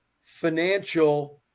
financial